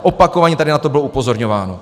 Opakovaně tady na to bylo upozorňováno.